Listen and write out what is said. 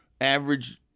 average